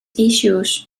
issues